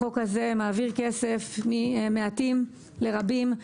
החוק הזה מעביר כסף ממעטים לרבים.